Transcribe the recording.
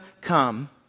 come